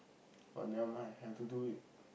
but nevermind have to do it